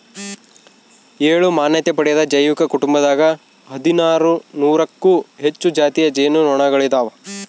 ಏಳು ಮಾನ್ಯತೆ ಪಡೆದ ಜೈವಿಕ ಕುಟುಂಬದಾಗ ಹದಿನಾರು ನೂರಕ್ಕೂ ಹೆಚ್ಚು ಜಾತಿಯ ಜೇನು ನೊಣಗಳಿದಾವ